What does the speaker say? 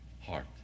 heart